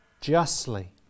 justly